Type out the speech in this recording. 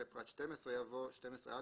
אחרי פרט 12 יבוא: "12א.